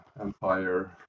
empire